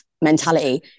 mentality